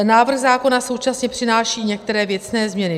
Návrh zákona současně přináší některé věcné změny.